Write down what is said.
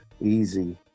easy